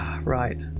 Right